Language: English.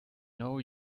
know